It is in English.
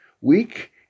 week